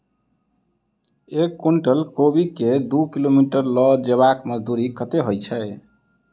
एक कुनटल कोबी केँ दु किलोमीटर लऽ जेबाक मजदूरी कत्ते होइ छै?